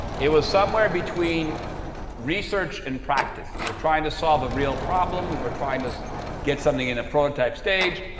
it was somewhere between research and practice. we're trying to solve a real problem. we were trying to get something in the prototype stage.